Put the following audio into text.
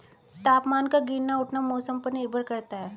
तापमान का गिरना उठना मौसम पर निर्भर करता है